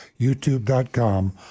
YouTube.com